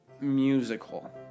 Musical